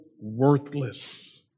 worthless